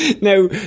Now